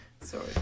Sorry